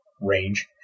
range